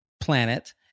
planet